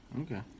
Okay